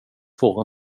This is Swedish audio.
får